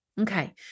Okay